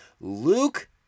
Luke